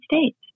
States